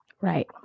right